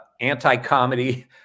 anti-comedy